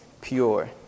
pure